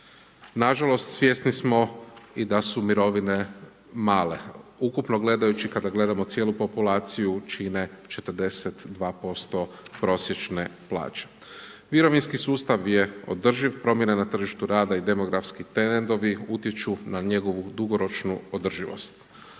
Nažalost, svjesni smo i da su mirovine male. Ukupno gledajući kada gledamo cijelu populaciju čine 42% prosječne plaće. Mirovinski sustav je održiv, promjene na tržištu rada i demografski trendovi utječu na njegovu dugoročnu održivost.